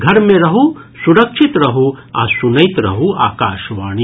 घर मे रहू सुरक्षित रहू आ सुनैत रहू आकाशवाणी